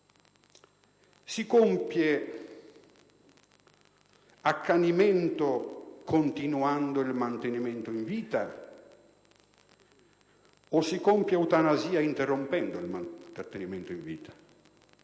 si compie accanimento continuando il mantenimento in vita o si compie eutanasia interrompendolo? In altri